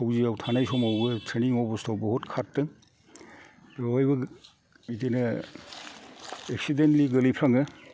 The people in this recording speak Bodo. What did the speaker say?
फौजियाव थानाय समावबो ट्रेइनिं अब'स्थाआव बहुद खारदों बेवहायबो बिदिनो एकचिदेन्टलि गोलैफ्लाङो